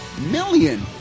million